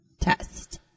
test